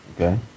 Okay